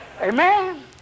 Amen